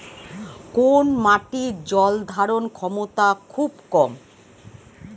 কোন মাটির জল ধারণ ক্ষমতা খুব কম?